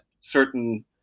certain